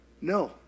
No